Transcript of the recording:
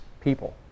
people